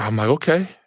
um like, ok.